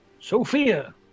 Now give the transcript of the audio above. Sophia